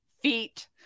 feet